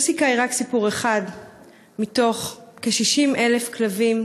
ג'סיקה היא רק אחת מתוך כ-60,000 כלבים